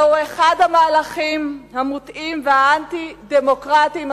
זהו אחד המהלכים המוטעים והאנטי-דמוקרטיים,